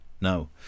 no